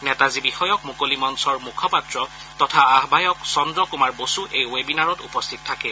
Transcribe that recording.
নেতাজী বিষয়ক মুকলি মঞ্চৰ মুখপাত্ৰ তথা আহায়ক চন্দ্ৰ কুমাৰ বসু এই ৱেবিনাৰত উপস্থিত থাকে